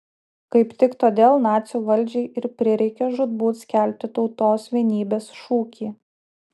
kaip tik todėl nacių valdžiai ir prireikė žūtbūt skelbti tautos vienybės šūkį